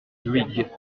huyghe